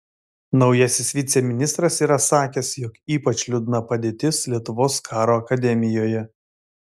naujasis viceministras yra sakęs jog ypač liūdna padėtis lietuvos karo akademijoje